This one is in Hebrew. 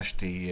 המשפטים.